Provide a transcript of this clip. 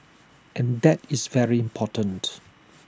and that is very important